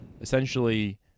essentially